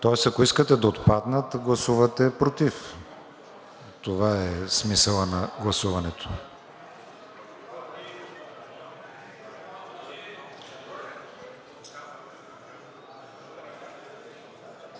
Ако искате да отпаднат, гласувате против – това е смисълът на гласуването.